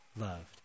loved